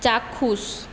চাক্ষুষ